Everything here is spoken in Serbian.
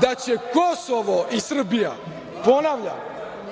da će Kosovo i Srbija, ponavljam,